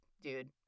dude